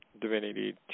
Divinity